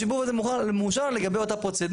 השיבוב הזה מאושר לה לגבי אותה פרוצדורה.